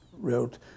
wrote